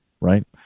right